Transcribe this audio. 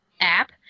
app